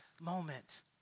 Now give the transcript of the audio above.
moment